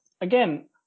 again